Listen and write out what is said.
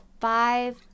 five